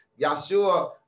Yahshua